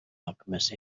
alchemist